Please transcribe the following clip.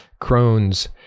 Crohn's